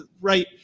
right